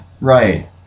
Right